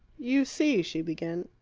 you see, she began,